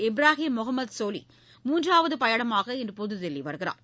இப்ராஹிம் முகமது சோலி மூன்று நாள் பயணமாக இன்று புதுதில்வி வருகிறார்